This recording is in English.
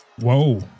Whoa